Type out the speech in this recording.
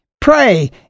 Pray